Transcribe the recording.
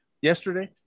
Yesterday